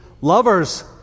Lovers